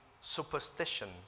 superstition